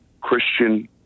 Christian